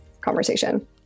conversation